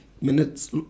minutes